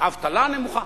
אבטלה נמוכה.